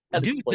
dude